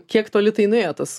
kiek toli tai nuėjo tas